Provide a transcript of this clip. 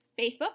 Facebook